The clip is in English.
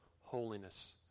holiness